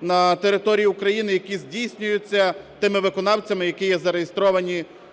на території України, які здійснюються тими виконавцями, які є зареєстровані